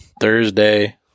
Thursday